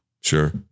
Sure